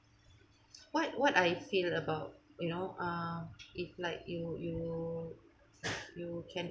what what I feel about you know uh if like you you you can